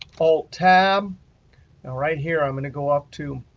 alt-tab. now right here, i'm going to go up to